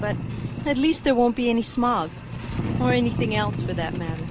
but at least there won't be any smog or anything else for that matter